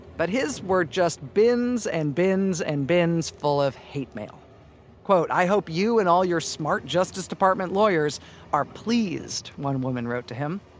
but his were just bins and bins and bins full of hate mail i hope you and all your smart justice department lawyers are pleased, one woman wrote to him,